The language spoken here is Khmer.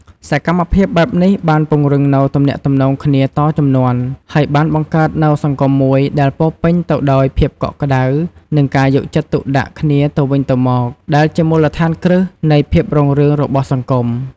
សកម្មភាពបែបនេះបានពង្រឹងនូវទំនាក់ទំនងគ្នាតជំនាន់ ហើយបានបង្កើតនូវសង្គមមួយដែលពោរពេញទៅដោយភាពកក់ក្ដៅ និងការយកចិត្តទុកដាក់គ្នាទៅវិញទៅមក ដែលជាមូលដ្ឋានគ្រឹះនៃភាពរុងរឿងរបស់សង្គម។